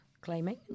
claiming